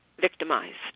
victimized